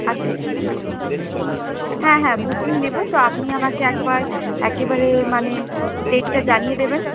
আচ্ছা ঠিক আছে হ্যাঁ হ্যাঁ বুকিং নেবো তো আপনি আপনাকে একবার একেবারে মানে ডেটটা জানিয়ে দেবেন